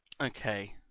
Okay